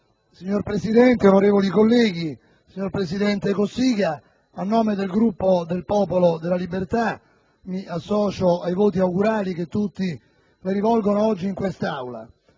Signor Presidente, onorevoli colleghi, signor presidente Cossiga, a nome del Gruppo del Popolo della Libertà mi associo ai voti augurali che tutti le rivolgono oggi in quest'Aula,